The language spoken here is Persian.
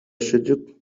شده